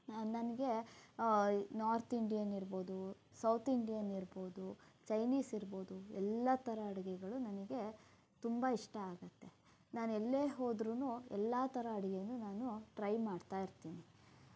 ನನಗೆ north Indian ಇರ್ಬೋದು south Indian ಇರ್ಬೋದು ಚೈನೀಸ್ ಇರ್ಬೋದು ಎಲ್ಲ ಥರ ಅಡಿಗೆಗಳು ನನಗೆ ತುಂಬ ಇಷ್ಟ ಆಗತ್ತೆ ನಾನೆಲ್ಲೇ ಹೋದರೂ ಎಲ್ಲ ಥರ ಅಡಿಗೆಯೂ ನಾನು ಟ್ರೈ ಮಾಡ್ತಾ ಇರ್ತೀನಿ